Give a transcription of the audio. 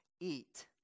Eat